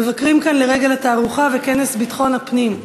המבקרים כאן לרגל התערוכה וכנס ביטחון הפנים.